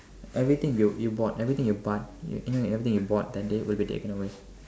everything you you bought everything you buy you know everything you bought that day will be taken away